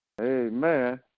Amen